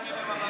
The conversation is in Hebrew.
גם אם הם ערבים,